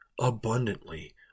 abundantly